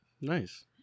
Nice